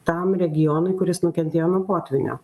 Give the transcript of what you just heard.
tam regionui kuris nukentėjo nuo potvynio